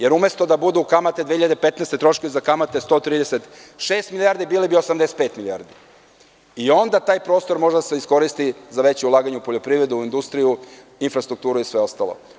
Jer, umesto da budu 2015. godine troškovi za kamate 136 milijardi, bili bi 85 milijardi i onda taj prostor može da se iskoristi za veće ulaganje u poljoprivredu, industriju, infrastrukturu i sve ostalo.